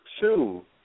two